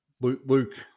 Luke